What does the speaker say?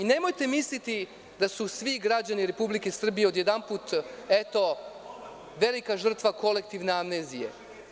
Nemojte misliti da su svi građani Republike Srbije odjedanput, eto, velika žrtva kolektivne amnezije.